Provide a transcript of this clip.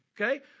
Okay